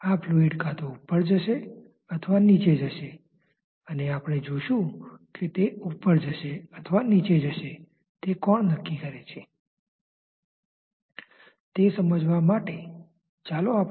તેથી એવી પરિસ્થિતિ શું છે કે તમારી પાસે ફ્લેટ પ્લેટ પર પ્રવાહી દૂરથી એકસમાન વેગ સાથે આવે છે કહો u∞